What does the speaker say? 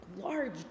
large